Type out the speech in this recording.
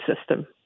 system